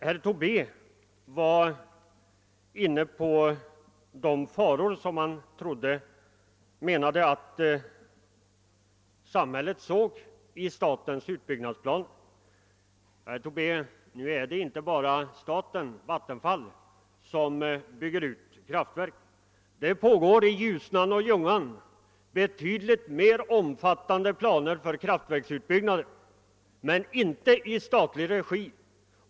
Herr Tobé tog upp de farhågor som han menar att samhället hyser inför Vattenfalls utbyggnadsplaner. Nu är det emellertid inte bara staten som bygger ut kraftverk — betydligt mer omfattande planer finns för kraftverksbyggen i Ljusnan och Ljungan ehuru inte i statlig regi.